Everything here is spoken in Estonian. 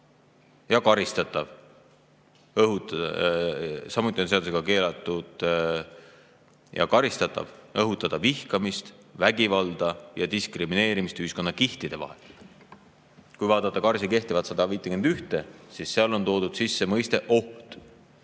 ja karistatav. Samuti on seadusega keelatud ja karistatav õhutada vihkamist, vägivalda ja diskrimineerimist ühiskonnakihtide vahel." Kui vaadata KarS‑i kehtivat § 151, siis näeme, et seal on toodud sisse mõiste "oht".